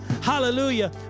hallelujah